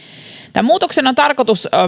tämän muutoksen on tarkoitus